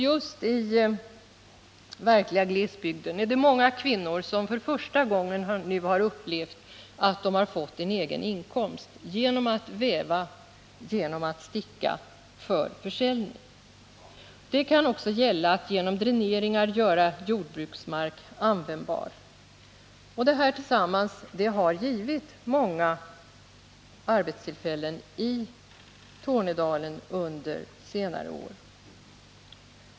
Just i den verkliga glesbygden är det många kvinnor som nu för första gången upplevt att de fått en egen inkomst genom att väva eller sticka för försäljning. Det kan också gälla att genom dräneringar göra jordbruksmark användbar. Allt detta tillsammans har givit många arbetstillfällen i Tornedalen under senare år.